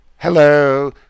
Hello